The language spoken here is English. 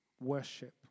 worship